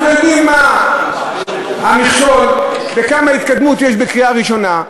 אנחנו יודעים מה המכשול וכמה התקדמות יש בקריאה ראשונה.